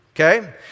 Okay